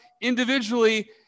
individually